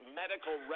medical